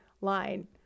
line